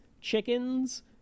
chickens